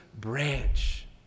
branch